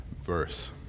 verse